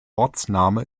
ortsname